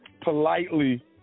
politely